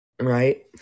Right